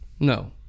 No